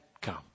come